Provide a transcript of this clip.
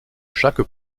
chaque